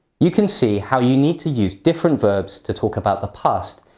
you can see how you need to use different verbs to talk about the past,